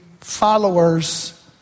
followers